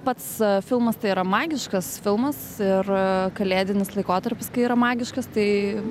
pats filmas tai yra magiškas filmas ir kalėdinis laikotarpis kai yra magiškas tai